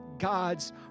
God's